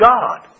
God